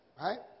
Right